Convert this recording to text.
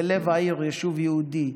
בלב העיר, יישוב יהודי,